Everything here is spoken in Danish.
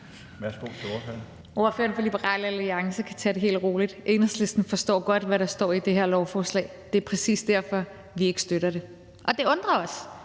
12:14 Rosa Lund (EL): Ordføreren for Liberal Alliance kan tage det helt roligt; Enhedslisten forstår godt, hvad der står i det her lovforslag. Det er præcis derfor, vi ikke støtter det. Og det undrer os,